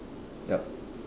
yup